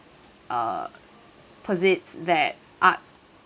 uh posits that arts